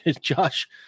Josh